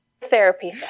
therapy